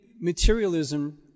materialism